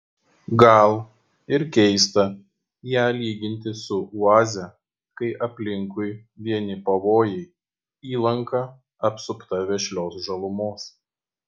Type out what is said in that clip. gal ir keista ją lyginti su oaze kai aplinkui vieni pavojai įlanka apsupta vešlios žalumos